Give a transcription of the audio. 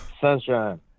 sunshine